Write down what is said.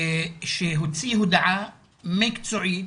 שהוציא הודעה מקצועית,